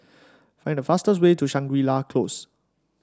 find the fastest way to Shangri La Close